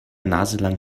naselang